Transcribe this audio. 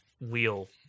wheel